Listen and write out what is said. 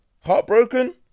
Heartbroken